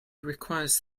requires